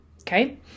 Okay